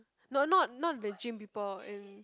no not not the gym people in